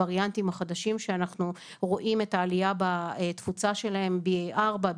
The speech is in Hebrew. הווריאנטים החדשים שאנחנו רואים את העלייה בתפוצה שלהם BA.4,